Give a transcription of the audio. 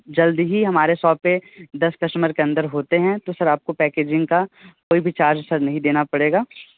जल्द ही हमारे सॉप पे दस कस्टमर के अंदर होते हैं तो सर आपको पैकेजिंग का कोई चार्ज सर नहीं देना पड़ेगा